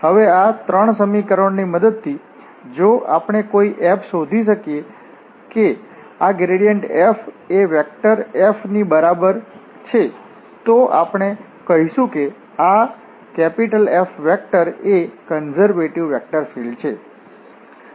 તેથી હવે આ 3 સમીકરણોની મદદથી જો આપણે કોઈ f શોધી શકીએ કે આ ગ્રેડિયન્ટ f એ વેક્ટર F ની બરાબર છે તો આપણે કહીશું કે આ F એક કન્ઝર્વેટિવ વેક્ટર ફીલ્ડ્ છે